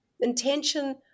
Intention